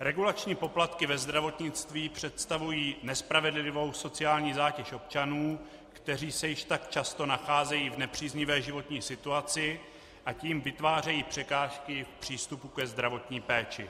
Regulační poplatky ve zdravotnictví představují nespravedlivou sociální zátěž občanů, kteří se již tak často nacházejí v nepříznivé životní situaci a tím vytvářejí překážky v přístupu ke zdravotní péči.